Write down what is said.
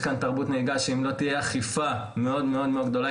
יש כאן תרבות נהיגה שאם לא תהיה אכיפה מאוד מאוד גדולה,